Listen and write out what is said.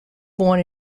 born